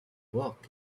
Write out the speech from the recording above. work